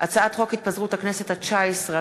הצעת חוק התפזרות הכנסת התשע-עשרה,